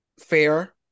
Fair